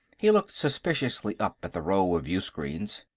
he looked suspiciously up at the row of viewscreens.